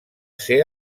ser